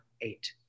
eight